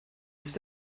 ist